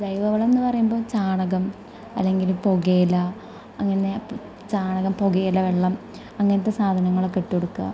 ജൈവ വളം എന്ന് പറയുമ്പോൾ ചാണകം അല്ലങ്കിൽ പുകയില അങ്ങനെ ചാണകം പുകയില വെള്ളം അങ്ങനത്തെ സാധനങ്ങളൊക്കെ ഇട്ട് കൊടുക്കുക